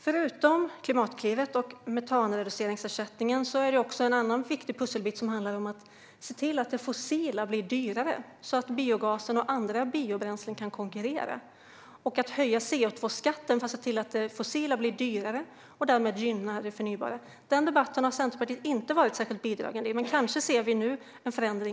Förutom Klimatklivet och metanreduceringsersättningen finns en annan viktig pusselbit som handlar om att det fossila blir dyrare så att biogasen och andra biobränslen kan konkurrera. Vidare handlar det om att höja CO2-skatten så att det fossila blir dyrare och därmed gynna det förnybara. Den debatten har Centerpartiet inte varit särskilt bidragande i. Kanske ser vi nu en förändring.